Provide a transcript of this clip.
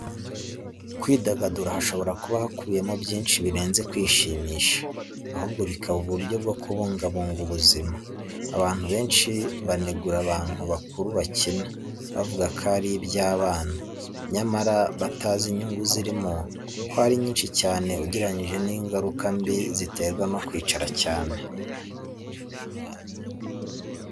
Kwidagadura hashobora kuba hakubiyemo byinshi birenze kwishimisha, ahubwo bikaba uburyo bwo kubungabunga ubuzima. Abantu benshi banegura abantu bakuru bakina, bavuga ko ari iby'abana, nyamara batazi inyungu zirimo ko ari nyinshi cyane ugereranyije n'ingaruka mbi ziterwa no kwicara cyane.